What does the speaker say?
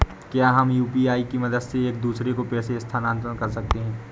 क्या हम यू.पी.आई की मदद से एक दूसरे को पैसे स्थानांतरण कर सकते हैं?